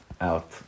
out